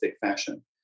fashion